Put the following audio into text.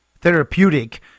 Therapeutic